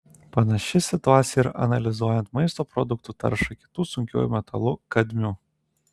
panaši situacija ir analizuojant maisto produktų taršą kitu sunkiuoju metalu kadmiu